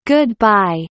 Goodbye